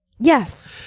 yes